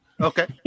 Okay